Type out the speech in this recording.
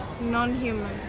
non-human